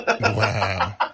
Wow